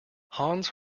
hans